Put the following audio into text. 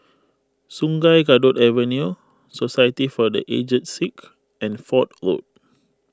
Sungei Kadut Avenue Society for the Aged Sick and Fort Road